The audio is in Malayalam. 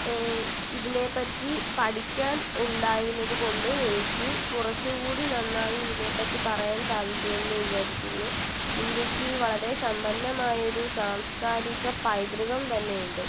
ഇതിനെപ്പറ്റി പഠിക്കാൻ ഉണ്ടായിരുന്നതുകൊണ്ട് എനിക്ക് കുറച്ചുകൂടി നന്നായി ഇതിനെപ്പറ്റി പറയാൻ സാധിക്കുമെന്ന് വിചാരിക്കുന്നു ഇന്ത്യയ്ക്ക് വളരെ സമ്പന്നമായൊരു സാംസ്കാരിക പൈതൃകം തന്നെയുണ്ട്